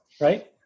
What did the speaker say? right